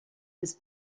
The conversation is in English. was